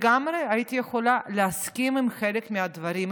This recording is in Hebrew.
הייתי יכולה להסכים לגמרי עם חלק מהדברים,